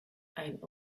ein